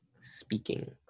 Speaking